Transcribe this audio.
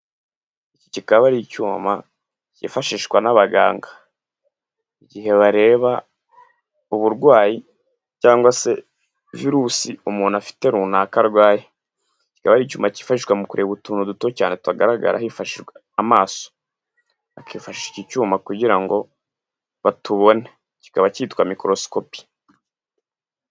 Kikaba ari icyuma kifashishwa n'abaganga igihe bareba uburwayi cyangwa se Virusi umuntu afite runaka arwaye. Kikaba ari icyuma kifashishwa mu kureba utuntu duto cyane tutagaragara hifashishijwe amaso. Bakifashisha iki cyuma kugira ngo batubone. Kikaba kitwa Microscope.